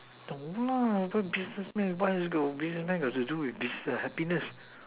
no businessman what have businessman have to do with happiness